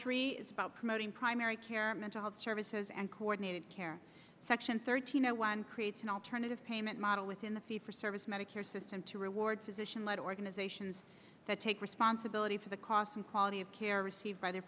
three is about promoting primary care mental health services and coordinated care section thirteen zero one creates an alternative payment model within the fee for service medicare system the reward physician led organizations that take responsibility for the cost and quality of care received by their